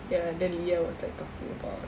ya then lia was like talking about